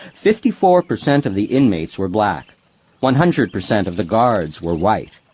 fifty-four percent of the inmates were black one hundred percent of the guards were white.